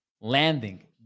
landing